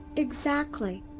exactly!